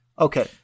Okay